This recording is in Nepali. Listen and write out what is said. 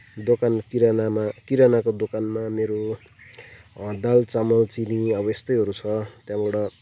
दोकान किरानामा किरानाको दोकानमा मेरो दाल चामल चिनी अब यस्तैहरू छ त्यहाँबाट